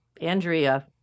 Andrea